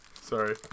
Sorry